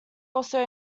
also